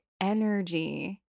energy